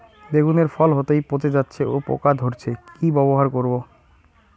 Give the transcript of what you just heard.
বেগুনের ফল হতেই পচে যাচ্ছে ও পোকা ধরছে কি ব্যবহার করব?